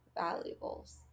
valuables